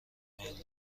میل